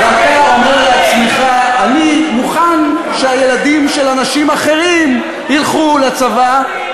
ואתה אומר לעצמך: אני מוכן שהילדים של אנשים אחרים ילכו לצבא,